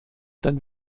dann